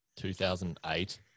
2008